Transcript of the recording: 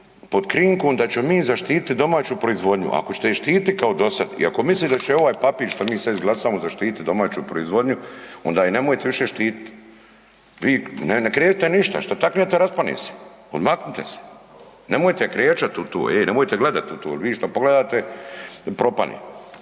pod krinkom da ćemo mi zaštiti domaću proizvodnju. Ako ćete je štititi kao i dosad i ako mislite da će ovaj papir što mi sad izglasamo zaštititi domaću proizvodnju, onda je nemojte više štititi. Vi, ne .../Govornik se ne razumije./... šta taknete raspane se, odmaknite se, nemojte krećati u to, e, nemojte gledati u to jer vi što pogledate, propane.